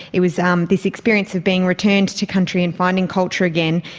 it was um this experience of being returned to country and finding culture again,